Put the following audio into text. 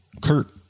Kurt